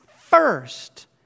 first